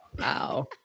Wow